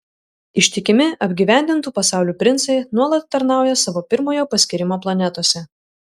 ištikimi apgyvendintų pasaulių princai nuolat tarnauja savo pirmojo paskyrimo planetose